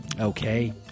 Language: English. Okay